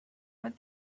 what